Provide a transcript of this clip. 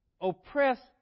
oppressed